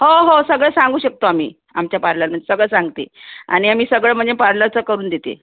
हो हो सगळं सांगू शकतो आम्ही आमच्या पार्लरमध्ये सगळं सांगते आणि आम्ही सगळं म्हणजे पार्लरचं करून देते